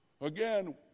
Again